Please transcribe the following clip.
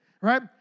right